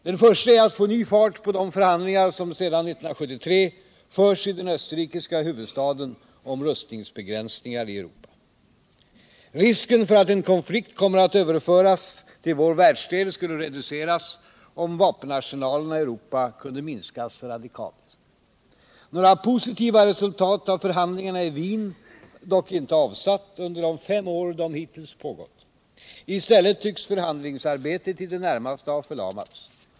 Den första är att få ny fart på de förhandlingar som sedan 1973 förs i den österrikiska huvudstaden om rustningsbegränsningar i Europa. Risken för att en konflikt kommer att överföras till vår världsdel skulle reduceras, om vapenarsenalerna i Europa kunde minskas radikalt. Några positiva resultat har förhandlingarna i Wien dock inte avsatt under de fem år de hittills pågått. I stället tycks förhandlingsarbetet i det närmaste ha förlamats.